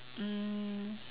um